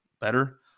better